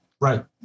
Right